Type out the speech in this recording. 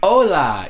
Hola